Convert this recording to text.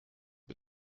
mit